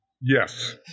yes